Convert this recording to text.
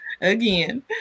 Again